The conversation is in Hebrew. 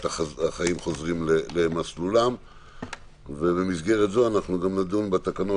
החיים חוזרים למסלולם ובמסגרת זו אנחנו גם נדון בתקנות